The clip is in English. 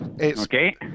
Okay